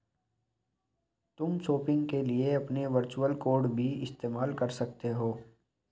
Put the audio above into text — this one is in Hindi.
तुम शॉपिंग के लिए अपने वर्चुअल कॉर्ड भी इस्तेमाल कर सकते हो